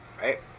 right